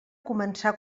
començà